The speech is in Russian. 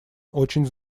очень